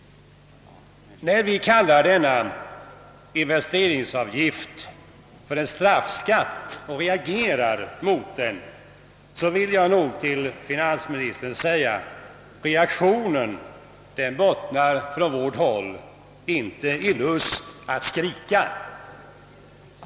När vi kallar denna investeringsavgift för en straffskatt och reagerar mot den, vill jag nog till finansministern säga, att vår reaktion inte bottnar i en lust att skrika.